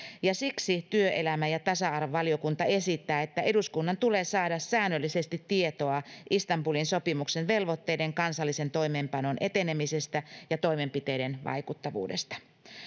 ja siksi työelämä ja tasa arvovaliokunta esittää että eduskunnan tulee saada säännöllisesti tietoa istanbulin sopimuksen velvoitteiden kansallisen toimeenpanon etenemisestä ja toimenpiteiden vaikuttavuudesta